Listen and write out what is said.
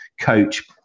coach